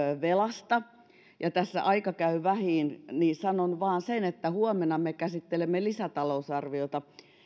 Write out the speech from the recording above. velasta ja koska aika käy vähiin niin sanon vain sen että huomenna me käsittelemme lisätalousarviota